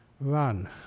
run